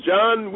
John